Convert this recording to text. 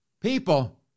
people